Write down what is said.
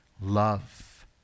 love